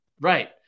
Right